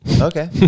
Okay